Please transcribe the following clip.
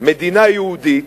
"מדינה יהודית",